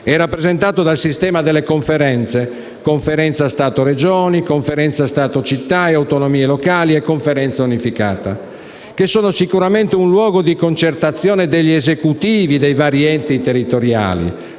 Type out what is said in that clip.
è rappresentato dal sistema delle Conferenze (Conferenza Stato-Regioni, Conferenza Stato-Città e autonomie locali e Conferenza unificata), che sono sicuramente un luogo di concertazione degli esecutivi dei vari enti territoriali,